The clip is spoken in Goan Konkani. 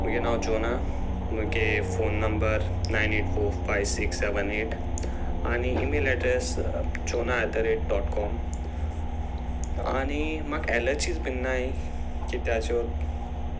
म्हगे नांव जोना मुगे phone number nine eight four five six seven eight आनी email address Jonah at the rate dot com आनी म्हाका एलर्जीज बीन नाय कित्याचोच